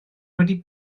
wedi